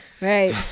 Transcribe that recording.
Right